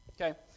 Okay